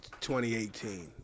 2018